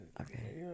Okay